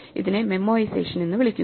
ഇതിനെ മെമ്മോഐസേഷൻ എന്ന് വിളിക്കുന്നു